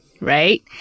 right